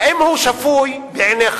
האם הוא שפוי בעיניך?